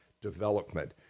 development